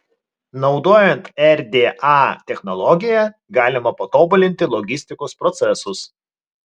naudojant rda technologiją galima patobulinti logistikos procesus